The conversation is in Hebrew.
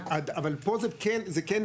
אבל פה זו כן נקודה,